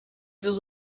this